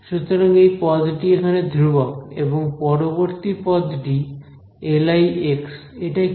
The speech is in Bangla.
সুতরাং এই পদটি এখানে ধ্রুবক এবং পরবর্তী পদটি Li এটা কি